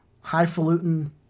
highfalutin